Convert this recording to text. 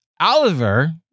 Oliver